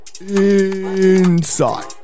inside